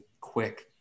quick